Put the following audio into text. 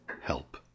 help